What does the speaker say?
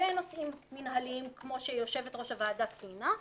בנושאים מנהליים כמו שיושבת ראש הוועדה ציינה.